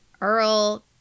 Earl